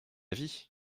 vie